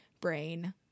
brain